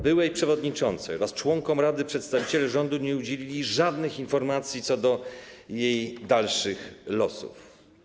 Byłej przewodniczącej oraz członkom rady przedstawiciele rządu nie udzielili żadnych informacji co do jej dalszych losów.